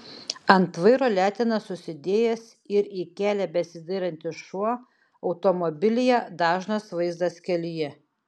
ant vairo letenas susidėjęs ir į kelią besidairantis šuo automobilyje dažnas vaizdas kelyje